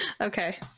Okay